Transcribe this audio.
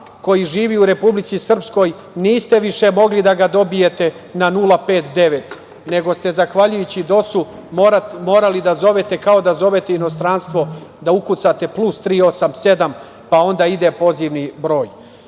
koji živi u Republici Srpskoj niste više mogli da ga dobijete na 059, nego ste zahvaljujući DOS-u morali da zovete kao da zovete inostranstvo, da ukucate +387, pa onda pozivni broj. To